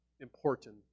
important